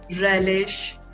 relish